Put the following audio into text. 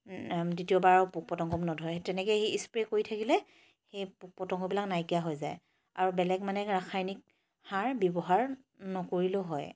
দ্বিতীয়বাৰ পোক পতংগবোৰ নধৰে তেনেকেই সেই স্প্ৰে কৰি থাকিলে সেই পোক পতংগবিলাক নাইকিয়া হৈ যায় আৰু বেলেগ মানে ৰাসায়নিক সাৰ ব্যৱহাৰ নকৰিলেও হয়